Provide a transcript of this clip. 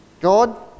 God